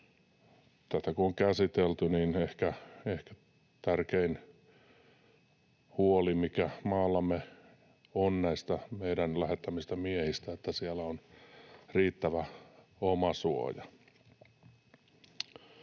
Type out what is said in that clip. tätä kun on käsitelty, niin ehkä tärkein huoli, mikä maallamme on näistä meidän lähettämistämme miehistä, on, että siellä on riittävä omasuoja.